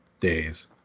days